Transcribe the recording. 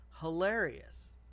hilarious